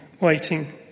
waiting